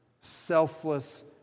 selfless